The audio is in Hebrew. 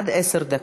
עד עשר דקות.